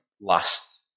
last